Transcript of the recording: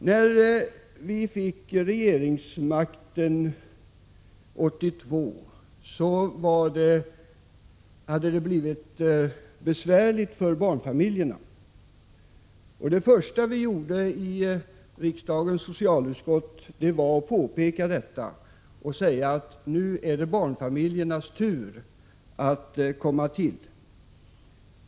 När vi fick regeringsmakten 1982 hade det blivit besvärligt för barnfamiljerna. Det första vi gjorde i riksdagens socialutskott var att påpeka detta och säga: Nu är det barnfamiljernas tur.